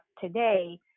today